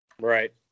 Right